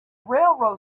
railway